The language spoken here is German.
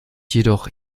jedoch